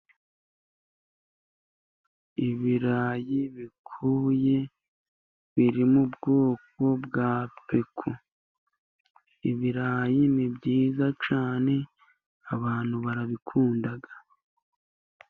Ibirayi bikuye biri mu bwoko bwa peko, ibirayi ni byiza cyane abantu barabikunda.